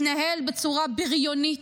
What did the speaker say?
מתנהל בצורה בריונית,